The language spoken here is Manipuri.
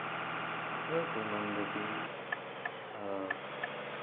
ꯑꯩꯈꯣꯏ ꯈꯨꯡꯒꯪꯗꯗꯤ